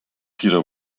peter